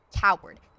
coward